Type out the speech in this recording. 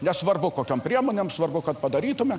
nesvarbu kokiom priemonėm svarbu kad padarytume